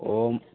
ꯑꯣ